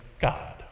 God